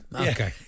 Okay